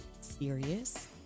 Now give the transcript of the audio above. serious